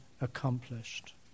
accomplished